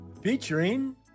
featuring